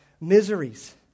miseries